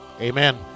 Amen